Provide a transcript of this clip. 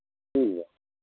ठीक है